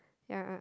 ya